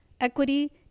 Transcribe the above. Equity